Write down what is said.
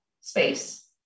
space